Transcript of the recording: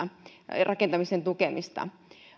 rakentamisen tukemista